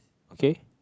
okay